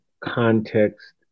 context